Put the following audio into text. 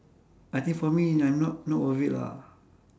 I think for me I'm not not worth it lah